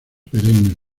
perennes